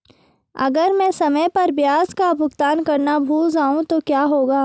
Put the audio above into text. अगर मैं समय पर ब्याज का भुगतान करना भूल जाऊं तो क्या होगा?